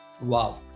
Wow